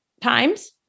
times